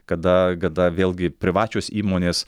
kada kada vėlgi privačios įmonės